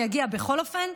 אני אגיע בכל אופן.